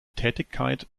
tätigkeit